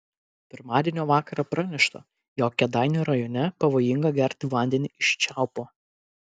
pirmadienio vakarą pranešta jog kėdainių rajone pavojinga gerti vandenį iš čiaupo